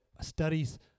studies